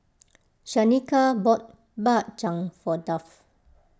Shanika bought Bak Chang for Duff